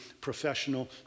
professional